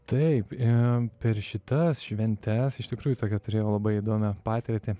taip per šitas šventes iš tikrųjų tokią turėjau labai įdomią patirtį